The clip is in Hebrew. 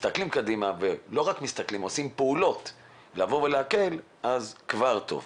מסתכלים קדימה וגם עושים פעולות להקל, כבר טוב.